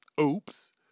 oops